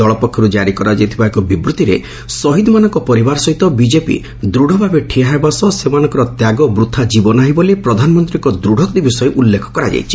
ଦଳ ପକ୍ଷରୁ ଜାରି କରାଯାଇଥିବା ଏକ ବିବୃତ୍ତିରେ ଶହୀଦ୍ମାନଙ୍କ ପରିବାର ସହିତ ବିଜେପି ଦୂଢ଼ଭାବେ ଠିଆହେବା ସହ ସେମାନଙ୍କ ତ୍ୟାଗ ବୃଥା ଯିବ ନାହିଁ ବୋଲି ପ୍ରଧାନମନ୍ତ୍ରୀଙ୍କ ଦୃଢ଼ୋକ୍ତି ବିଷୟ ଉଲ୍ଲେଖ କରାଯାଇଛି